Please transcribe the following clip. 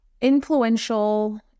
influential